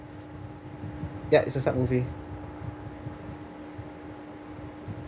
ya it's a sub movie